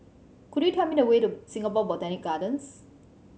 could you tell me the way to Singapore Botanic Gardens